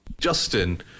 Justin